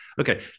Okay